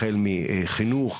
החל מחינוך,